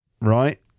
Right